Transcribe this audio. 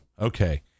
Okay